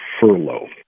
furlough